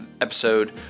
episode